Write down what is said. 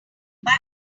this